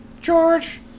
George